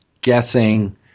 guessing